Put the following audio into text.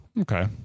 Okay